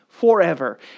forever